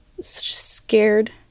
scared